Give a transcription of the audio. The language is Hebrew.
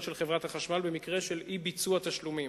של חברת החשמל במקרה של אי-ביצוע תשלומים.